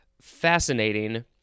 fascinating